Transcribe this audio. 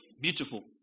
beautiful